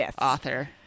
author